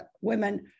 women